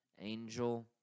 angel